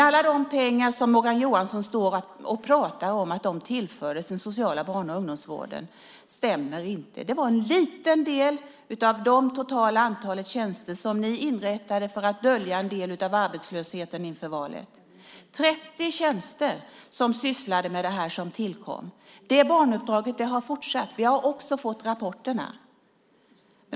Alla de pengar som Morgan Johansson säger tillfördes den sociala barn och ungdomsvården - det stämmer inte. Det var en liten del av det totala antalet tjänster som ni inrättade för att dölja en del av arbetslösheten inför valet. Det var 30 tjänster som tillkom för att syssla med det här. Det barnuppdraget har fortsatt. Vi har också fått rapporterna.